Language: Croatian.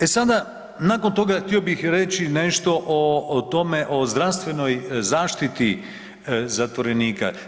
E sada nakon toga htio bih reći nešto o, o tome o zdravstvenoj zaštiti zatvorenika.